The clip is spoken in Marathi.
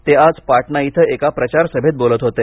ते आज पाटणा इथं एका प्रचारसभेत बोलत होते